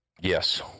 Yes